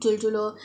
ठुल ठुलो